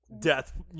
death